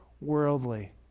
worldly